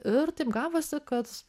ir taip gavosi kad